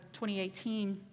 2018